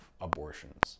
abortions